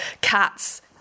cats